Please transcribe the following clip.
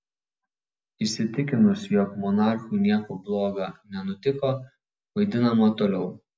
įsitikinus jog monarchui nieko bloga nenutiko vaidinama toliau